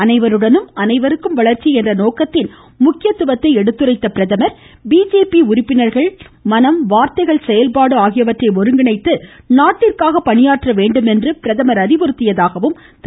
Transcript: அனைவருடனும் அனைவருக்கும் வளர்ச்சி என்ற நோக்கத்தின் முக்கியத்துவததை எடுத்துரைத்த பிரதமர் பிஜேபி உறுப்பினர்கள் மனம் வார்த்தைகள் செயல்பாடு ஆகியவற்றை ஒருங்கிணைத்து நாட்டிற்காக பணியாற்ற வேண்டுமென்று பிரதமர் அறிவுறுத்தியதாக திரு